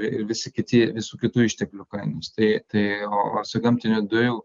ir visi kiti visų kitų išteklių kainos tai tai o su gamtinių dujų